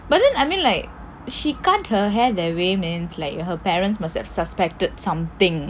but then I mean like she cut her hair that way means like her parents must have suspected something